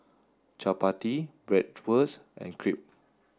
Chapati Bratwurst and Crepe